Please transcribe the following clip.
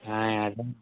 అదే